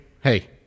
hey